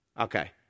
Okay